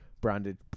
branded